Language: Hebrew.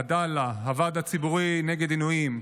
עדאלה והוועד הציבורי נגד עינויים,